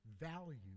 value